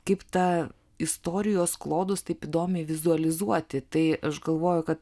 kaip tą istorijos klodus taip įdomiai vizualizuoti tai aš galvoju kad